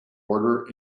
order